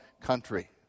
country